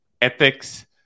ethics